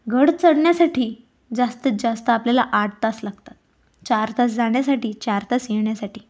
गड चढण्यासाठी जास्तीत जास्त आपल्याला आठ तास लागतात चार तास जाण्यासाठी चार तास येण्यासाठी